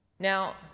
Now